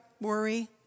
worry